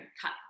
cut